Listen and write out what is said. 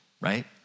right